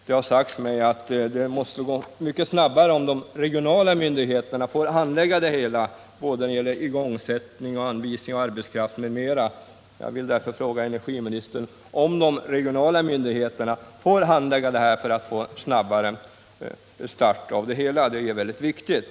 Det har sagts mig att det hela skulle gå mycket snabbare, om de regionala myndigheterna får handlägga igångsättningen, anvisningen av arbetskraft m.m. Jag vill därför fråga energiministern om inte de regionala myndigheterna kan få sköta handläggningen för att åstadkomma en snabbare start av det hela. Det är väldigt viktigt.